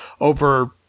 over